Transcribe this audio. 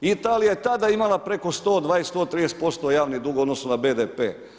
Italija je tada imala preko 120, 130% javni dug u odnosu na BDP.